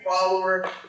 follower